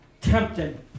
tempted